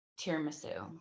tiramisu